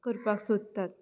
करपाक सोदतात